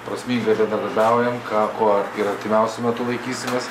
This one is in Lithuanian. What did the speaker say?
prasmingai bendradarbiaujant ką ko ir artimiausiu metu laikysimės